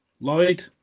Lloyd